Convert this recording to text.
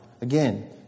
Again